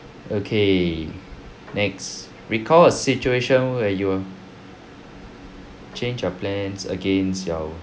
okay next recall a situation where you will change your plans against your